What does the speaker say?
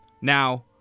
Now